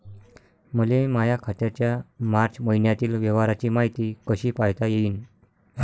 मले माया खात्याच्या मार्च मईन्यातील व्यवहाराची मायती कशी पायता येईन?